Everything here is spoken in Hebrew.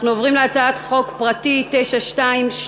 אנחנו עוברים להצעת חוק פרטית 922,